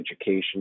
education